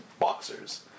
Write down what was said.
boxers